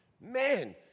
Man